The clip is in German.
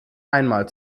einmal